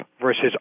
versus